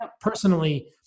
personally-